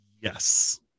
Yes